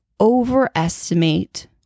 overestimate